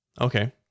Okay